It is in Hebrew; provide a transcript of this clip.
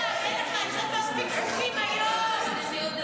מי עוד?